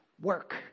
work